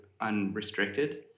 unrestricted